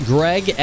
Greg